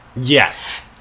Yes